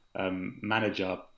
manager